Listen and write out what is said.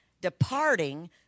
departing